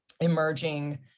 emerging